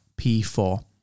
P4